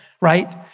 right